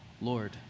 Lord